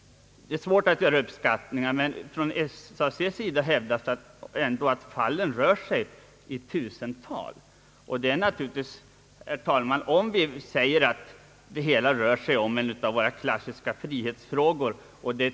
Det är svårt att göra uppskattningar, men SAC hävdar att det rör sig om tusentals personer. Om det, herr talman, här gäller en av våra klassiska rättigheter och det är ganska många människor som berörs, är det en allvarlig juridisk och mänsklig fråga som vi står inför.